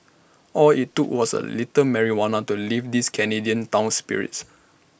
all IT took was A little marijuana to lift this Canadian town's spirits